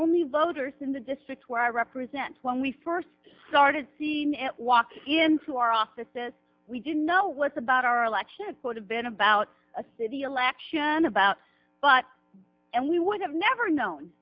only voter in the district where i represent when we first started seeing it walk into our offices we didn't know what's about our election it would have been about a city election about but and we would have never known